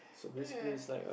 ya ya